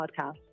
podcast